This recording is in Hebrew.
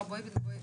מה לגבי הקבוצות?